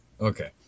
Okay